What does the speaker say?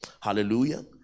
Hallelujah